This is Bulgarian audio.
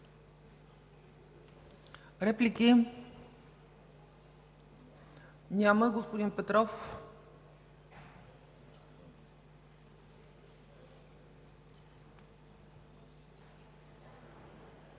Реплики? Няма. Господин Петров.